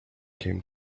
came